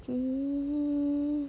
um